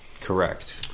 Correct